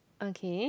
okay